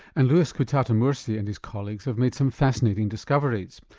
and luis quintata-murci and his colleagues have made some fascinating discoveries.